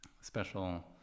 special